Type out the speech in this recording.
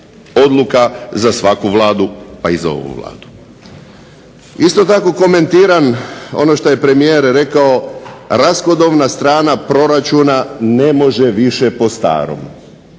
odluka za svaku Vladu, pa i za ovu Vladu. Isto tako komentiram ono što je premijer rekao rashodovna strana proračuna ne može više po starom.